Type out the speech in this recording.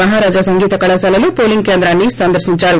మహారాజ సంగీత కళాశాలలో పోలింగ్ కేంద్రాన్ని సందర్పించారు